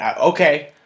Okay